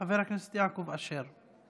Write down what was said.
חבר הכנסת יעקב אשר.